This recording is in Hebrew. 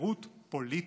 חירות פוליטית,